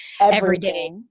everyday